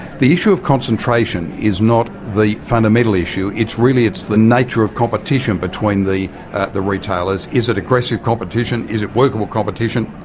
the issue of concentration is not the fundamental issue, really it's the nature of competition between the the retailers. is it aggressive competition, is it workable competition,